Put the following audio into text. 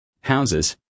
houses